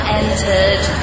entered